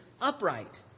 upright